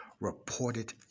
reported